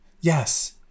Yes